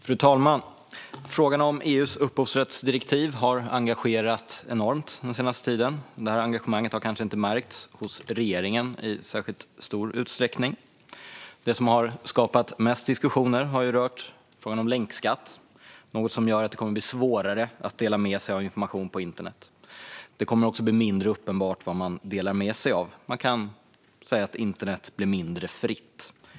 Fru talman! Frågan om EU:s upphovsrättsdirektiv har engagerat enormt den senaste tiden. Detta engagemang har kanske inte märkts hos regeringen i särskilt stor utsträckning. Det som har skapat mest diskussioner har rört frågan om länkskatt, något som gör att det kommer att bli svårare att dela med sig av information på internet. Det kommer också att bli mindre uppenbart vad man delar med sig av. Man kan säga att internet blir mindre fritt.